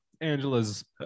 Angela's